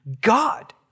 God